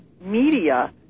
media